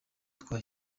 twa